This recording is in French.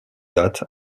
date